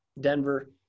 Denver